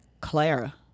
Clara